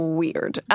weird